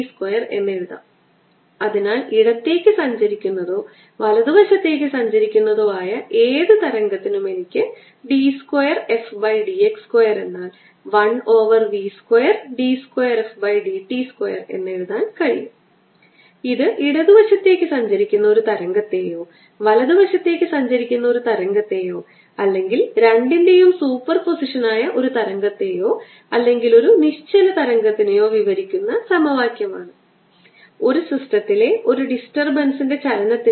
x2x6xyzyz2zz അതിനാൽ d ഉപയോഗിച്ച് x dot d by dx എനിക്ക് 2 x x യൂണിറ്റ് ദിശയും y ദിശയിൽ 6 y z ഉം z ദിശയിൽ z സ്ക്വയറും y യൂണിറ്റ് വെക്റ്ററും ഡോട്ട് ആദ്യത്തെ x ദിശയിൽ 0 നൽകുന്നു രണ്ടാമത്തെ ഘടകം y ദിശയിൽഎനിക്ക് നൽകുന്നു 6 xz plus 2 z x y z ദിശയിൽ നൽകുന്നു